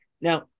Now